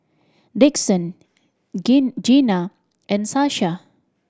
Dixon Gemu Gena and Sasha